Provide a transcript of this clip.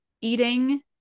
eating